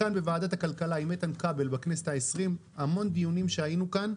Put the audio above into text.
כאן בוועדת הכלכלה עם איתן כבל בכנסת ה-20 בהמון דיונים שהיינו כאן,